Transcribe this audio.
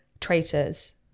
traitors